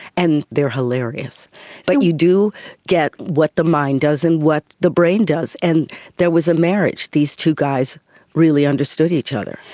and they are hilarious. but you do get what the mind does and what the brain does, and there was a marriage, these two guys really understood each other.